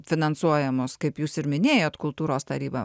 finansuojamos kaip jūs ir minėjot kultūros taryba